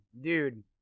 dude